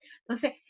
Entonces